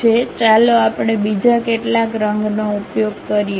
ચાલો આપણે બીજા કેટલાક રંગનો ઉપયોગ કરીએ